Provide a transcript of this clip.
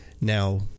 Now